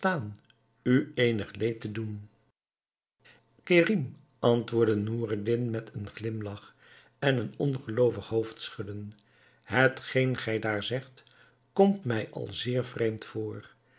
u eenig leed te doen kerim antwoordde noureddin met een een glimlach en een ongeloovig hoofdschudden hetgeen gij daar zegt komt mij al zeer vreemd voor